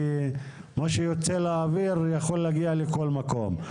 כי מה שיוצא לאוויר יכול להגיע לכל מקום,